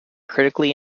critically